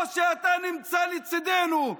או שאתה נמצא לצידנו?